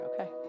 okay